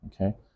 Okay